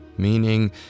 Meaning